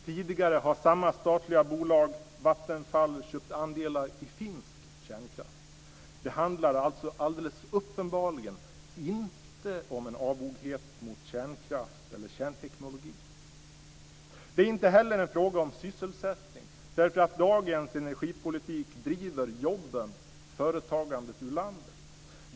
Tidigare har samma statliga bolag, Vattenfall, köpt andelar i kärnkraftverk i Finland. Det handlar uppenbarligen inte om en avoghet mot kärnkraft eller kärnteknologi. Det är inte heller en fråga om sysselsättning, eftersom dagens energipolitik driver jobben, företagandet, ur landet.